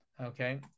Okay